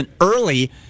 early